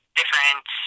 different